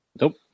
Nope